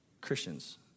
Christians